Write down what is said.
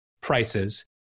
prices